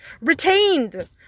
Retained